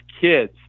kids